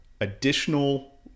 additional